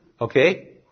Okay